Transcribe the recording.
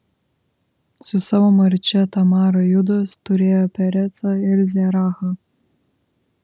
su savo marčia tamara judas turėjo perecą ir zerachą